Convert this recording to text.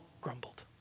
grumbled